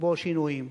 בו שינויים.